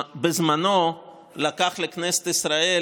בזמנו לקח לכנסת ישראל